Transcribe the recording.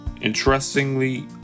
interestingly